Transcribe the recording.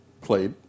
played